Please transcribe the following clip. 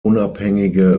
unabhängige